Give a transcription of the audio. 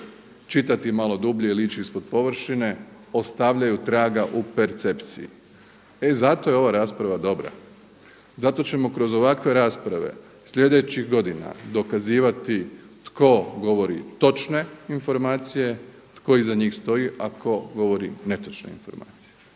čitati malo dublje ili ići ispod površine ostavljaju traga u percepciji. Zato je ova rasprava dobra, zato ćemo kroz ovakve rasprave slijedećih godina dokazivati tko govori točne informacije, tko iza njih stoji a tko govori netočne informacije.